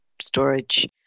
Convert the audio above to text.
storage